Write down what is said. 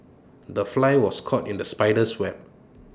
the fly was caught in the spider's web